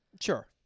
Sure